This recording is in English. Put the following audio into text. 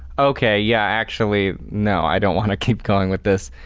okay, yeah, actually, no, i don't want to keep going with this.